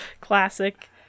Classic